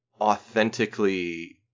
authentically